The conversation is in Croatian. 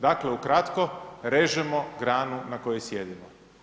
Dakle ukratko, režemo granu na kojoj sjedimo.